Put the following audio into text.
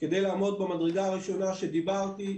כדי לעמוד במדרגה הראשונה שדיברתי עליה,